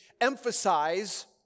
emphasize